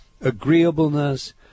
agreeableness